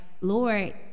lord